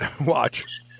Watch